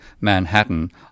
Manhattan